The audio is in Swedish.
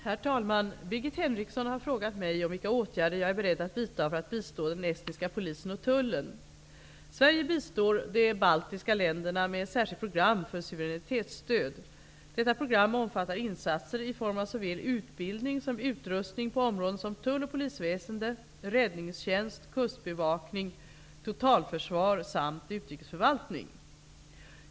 Herr talman! Birgit Henriksson har frågat mig om vilka åtgärder jag är beredd att vidta för att bistå den estniska polisen och tullen. Sverige bistår de baltiska länderna med ett särskilt program för suveränitetsstöd. Detta program omfattar insatser i form av såväl utbildning som utrustning på områden som tull och polisväsende, räddningstjänst, kustbevakning, totalförsvar samt utrikesförvaltning.